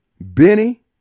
Benny